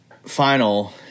final